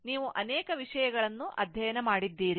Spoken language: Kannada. ನೀವು ಅನೇಕ ವಿಷಯಗಳನ್ನು ಅಧ್ಯಯನ ಮಾಡಿದ್ದೀರಿ